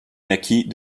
naquit